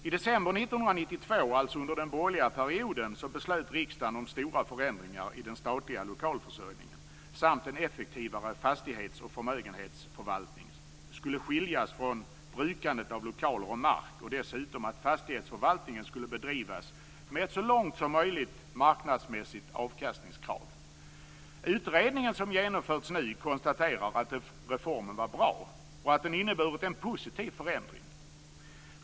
I december 1992, alltså under den borgerliga perioden, beslöt riksdagen om stora förändringar i den statliga lokalförsörjningen. En effektivare fastighetsoch förmögenhetsförvaltning skulle skiljas från brukandet av lokaler och mark. Fastighetsförvaltningen skulle dessutom bedrivas med ett så långt som möjligt marknadsmässigt avkastningskrav. Utredningen som genomförts nu konstaterar att reformen var bra och att den inneburit en positiv förändring.